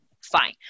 fine